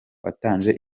watanze